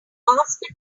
ask